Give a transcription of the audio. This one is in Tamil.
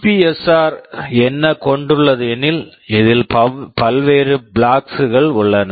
சிபிஎஸ்ஆர் CPSR என்ன கொண்டுள்ளது எனில் இதில் பல்வேறு பிளாக்ஸ் flags கள் உள்ளன